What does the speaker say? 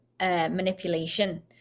manipulation